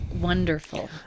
wonderful